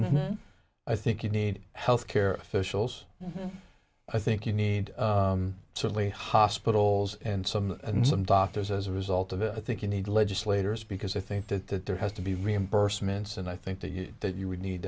and i think you need health care socials i think you need certainly hospitals and some and some doctors as a result of it i think you need legislators because i think that that there has to be reimbursements and i think that you would need